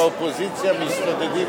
כשהקואליציה והאופוזיציה מסתודדים,